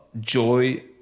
joy